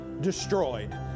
destroyed